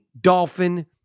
Dolphin